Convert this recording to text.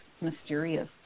mysterious